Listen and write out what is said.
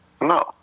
No